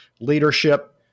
leadership